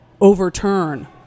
overturn